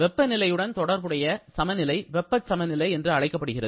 வெப்பநிலையுடன் தொடர்புடைய சமநிலை வெப்பச் சமநிலை என்று அழைக்கப்படுகிறது